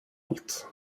allt